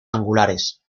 angulares